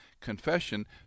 Confession